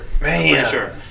Man